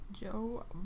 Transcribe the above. Joe